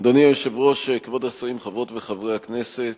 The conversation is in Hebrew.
אדוני היושב-ראש, כבוד השרים, חברות וחברי הכנסת,